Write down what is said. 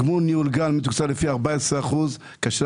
גמול ניהול גן מתוקצב לפי 14 אחוזים כאשר